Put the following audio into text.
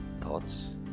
thoughts